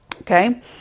Okay